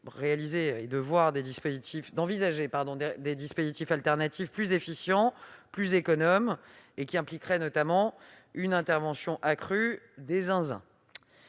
d'envisager des dispositifs alternatifs plus efficients et plus économes, impliquant notamment une intervention accrue des « zinzins